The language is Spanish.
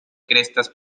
crestas